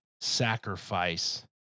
sacrifice